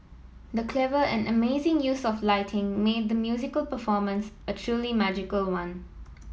the clever and amazing use of lighting made the musical performance a truly magical one